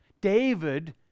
David